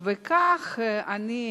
וכך אני,